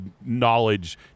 knowledge